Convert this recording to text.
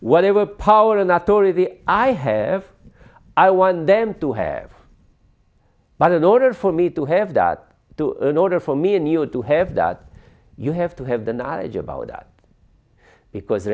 whatever power and authority i have i want them to have but in order for me to have that to an order for me and you to have that you have to have the knowledge about that because